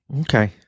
Okay